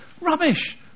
rubbish